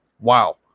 wow